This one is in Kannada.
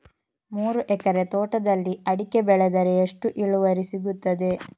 ಮೂರು ಎಕರೆ ತೋಟದಲ್ಲಿ ಅಡಿಕೆ ಬೆಳೆದರೆ ಎಷ್ಟು ಇಳುವರಿ ಸಿಗುತ್ತದೆ?